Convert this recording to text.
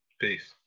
Peace